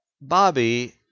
Bobby